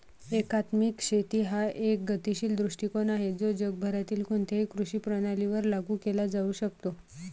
एकात्मिक शेती हा एक गतिशील दृष्टीकोन आहे जो जगभरातील कोणत्याही कृषी प्रणालीवर लागू केला जाऊ शकतो